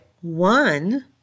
one